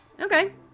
Okay